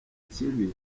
kibi